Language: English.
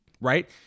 right